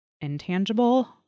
intangible